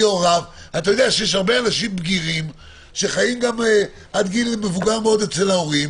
הוריו יש הרבה בגירים שחיים עד גיל מבוגר אצל ההורים